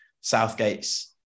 Southgate's